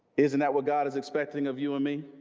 isn't that what god is expecting of you and me?